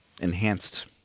enhanced